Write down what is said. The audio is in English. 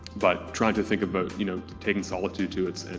but trying to think about you know taking solitude to it's.